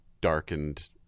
darkened